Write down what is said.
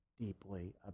deeply